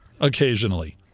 Occasionally